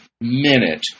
minute